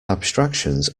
abstractions